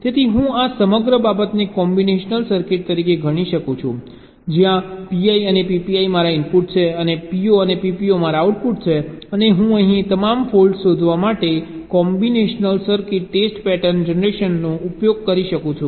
તેથી હું આ સમગ્ર બાબતને કોમ્બિનેશનલ સર્કિટ તરીકે ગણી શકું છું જ્યાં PI અને PPI મારા ઇનપુટ છે PO અને PPO મારા આઉટપુટ છે અને હું અહીં તમામ ફોલ્ટ્સ શોધવા માટે કોમ્બિનેશનલ સર્કિટ ટેસ્ટ પેટર્ન જનરેટરનો ઉપયોગ કરી શકું છું